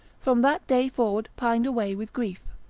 from that day forward pined away with grief.